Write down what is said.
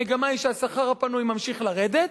המגמה היא שהשכר הפנוי ממשיך לרדת,